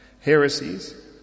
Heresies